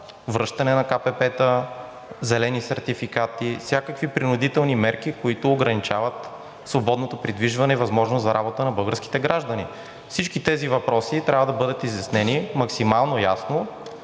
връщане на КПП-тата, зелени сертификати, всякакви принудителни мерки, които ограничават свободното придвижване и възможност за работа на българските граждани? Всички тези въпроси трябва да бъдат изяснени (председателят